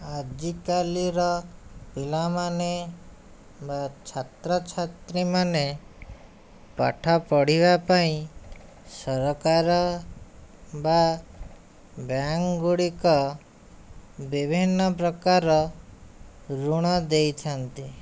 ଆଜିକାଲିର ପିଲାମାନେ ବା ଛାତ୍ରଛାତ୍ରୀମାନେ ପାଠ ପଢ଼ିବାପାଇଁ ସରକାର ବା ବ୍ୟାଙ୍କଗୁଡ଼ିକ ବିଭିନ୍ନ ପ୍ରକାର ଋଣ ଦେଇଥାନ୍ତି